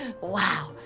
Wow